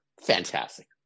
fantastic